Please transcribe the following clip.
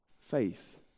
faith